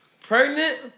Pregnant